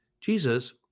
Jesus